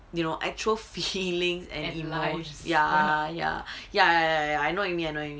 you know actual fishy links and emos and lives ya ya ya I know what you mean I know what you mean